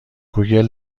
گوگل